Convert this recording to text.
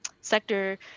sector